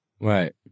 Right